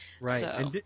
Right